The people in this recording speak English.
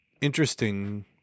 interesting